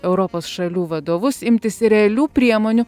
europos šalių vadovus imtis realių priemonių